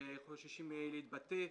חוששים להתבטא.